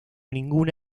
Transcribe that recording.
ninguna